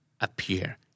appear